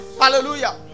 Hallelujah